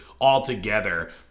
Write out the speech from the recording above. altogether